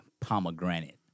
Pomegranate